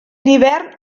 hivern